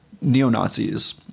neo-Nazis